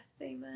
Amen